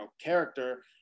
character